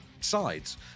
sides